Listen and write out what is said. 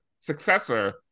successor